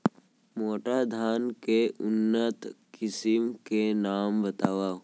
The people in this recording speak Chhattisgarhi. मोटा धान के उन्नत किसिम के नाम बतावव?